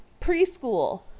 preschool